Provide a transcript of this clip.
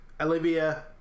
Olivia